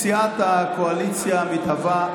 מסיעת הקואליציה המתהווה,